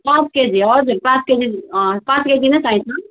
पाँच केजी हजुर पाँच केजी पाँच केजी नै चाहिन्छ